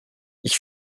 ich